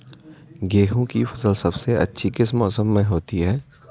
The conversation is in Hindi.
गेहूँ की फसल सबसे अच्छी किस मौसम में होती है